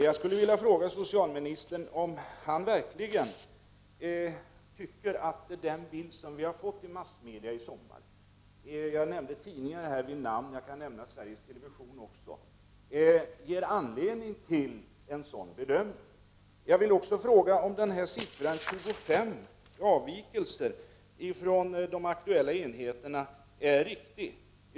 Jag skulle vilja fråga socialministern om han verkligen tycker att den bild som förmedlats genom massmedia i sommar — jag nämnde åtminstone en tidning vid namn, men jag kan också nämna Sveriges Television — ger anledning till en sådan bedömning. Jag vill också fråga om den nämnda siffran — 25 — beträffande avvikelser från de aktuella enheterna är riktig.